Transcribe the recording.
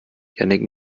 jannick